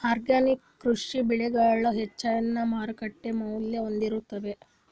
organic ಕೃಷಿ ಬೆಳಿಗಳು ಹೆಚ್ಚಿನ್ ಮಾರುಕಟ್ಟಿ ಮೌಲ್ಯ ಹೊಂದಿರುತ್ತಾವ